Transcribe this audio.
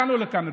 לכאן ולכאן,